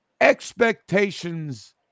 Expectations